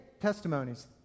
Testimonies